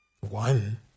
one